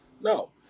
no